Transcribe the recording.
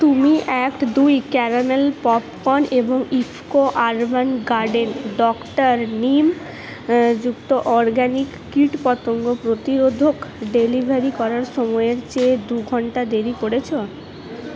তুমি অ্যাক্ট দুই caramel popcorn এবং IFFCO urban garden doctor neem যুক্ত অরগ্যানিক কীটপতঙ্গ প্রতিরোধক ডেলিভারি করার সময়ের চেয়ে দু ঘন্টা দেরী করেছ